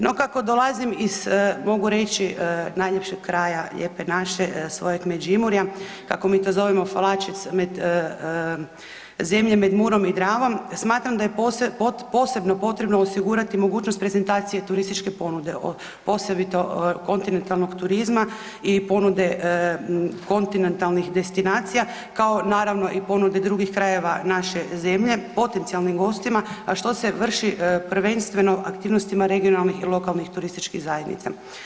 No kako dolazim iz mogu reći najljepšeg kraja lijepe naše svojeg Međimurja, kako mi to zovemo flačec med zemlje med Murom i Dravom smatram da je posebno potrebno osigurati mogućnost prezentacije turističke ponude, osobito kontinentalnog turizma i ponude kontinentalnih destinacija kao naravno i ponude drugih krajeva naše zemlje potencijalnim gostima, a što se vrši prvenstveno aktivnostima regionalni i lokalnih turističkih zajednica.